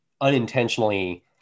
unintentionally